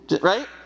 right